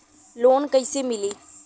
Loan कईसे मिली?